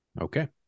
okay